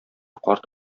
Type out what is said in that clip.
карт